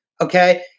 Okay